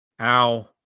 Ow